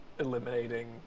eliminating